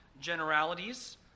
generalities